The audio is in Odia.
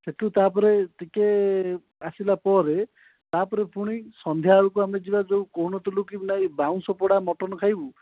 ସେଇଠୁ ତା'ପରେ ଟିକିଏ ଆସିଲା ପରେ ତା'ପରେ ପୁଣି ସନ୍ଧ୍ୟାବେଳକୁ ଆମେ ଯିବା ଯେଉଁ କହୁନଥିଲୁ କି ନାଇଁ ବାଉଁଶ ପୋଡ଼ା ମଟନ୍ ଖାଇବୁ